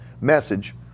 message